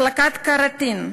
החלקת קראטין.